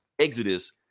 Exodus